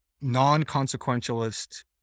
non-consequentialist